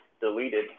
deleted